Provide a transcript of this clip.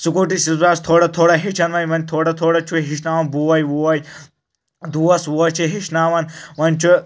Scooty چھُس بہٕ آز تھوڑا تھوڑا ہیٚچھان وۄنۍ وۄنۍ تھوڑا تھوڑا چھُ مےٚ ہیٚچھناوان بوے ووے دوس ووس چھِ ہیٚچھناوان وۄنۍ چھُ